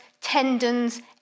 tendons